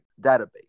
database